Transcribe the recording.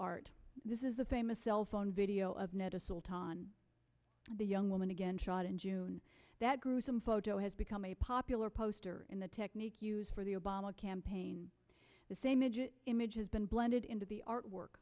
art this is the famous cellphone video of net assault on the young woman again shot in june that gruesome photo has become a popular poster in the technique used for the obama campaign the same midget image has been blended into the artwork